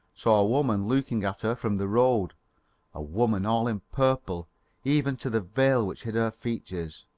saw a woman looking at her from the road a woman all in purple even to the veil which hid her features.